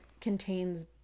contains